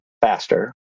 faster